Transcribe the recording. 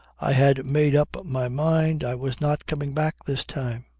i had made up my mind i was not coming back this time.